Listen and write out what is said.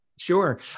Sure